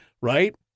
right